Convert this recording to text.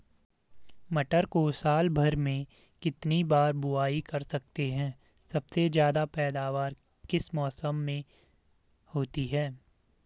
मटर को साल भर में कितनी बार बुआई कर सकते हैं सबसे ज़्यादा पैदावार किस मौसम में होती है?